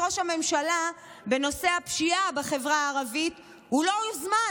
ראש הממשלה בנושא הפשיעה בחברה הערבית הוא לא הוזמן,